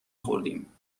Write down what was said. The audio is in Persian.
خوردیم